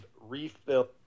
refill